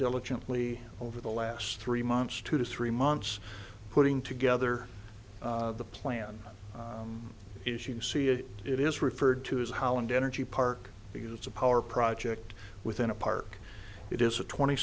diligently over the last three months two to three months putting together the plan is you see it it is referred to as holland energy park because it's a power project within a park it is a twenty